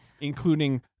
Including